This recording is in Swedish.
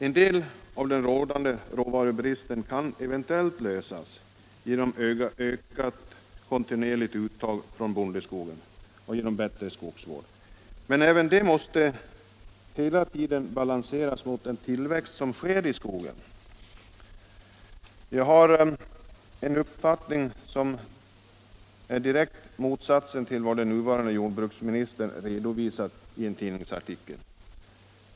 En del av den rådande råvarubristen kan eventuellt avhjälpas genom ökad kontinuitet i uttagen från bondeskogen och genom bättre skogsvård. Men även detta måste hela tiden balanseras mot tillväxten i skogen. Jag har en uppfattning som är direkt motsatsen till vad den nuvarande jordbruksministern redovisat i en tidningsartikel.